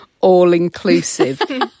all-inclusive